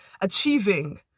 achieving